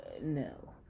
no